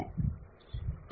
अब कैसे जाना है